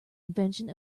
invention